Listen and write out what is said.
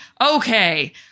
Okay